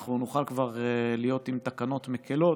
אנחנו נוכל כבר להיות עם תקנות מקילות,